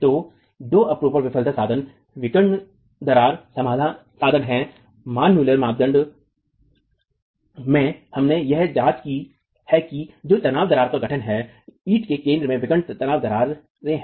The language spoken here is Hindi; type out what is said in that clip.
तो दो अपरूपण विफलता साधन विकर्ण दरार साधन हैं मान मुलर मानदंड में हमने यह जांच की है कि जो तनाव दरारें का गठन है ईंट के केंद्र में विकर्ण तनाव दरारें है